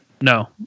No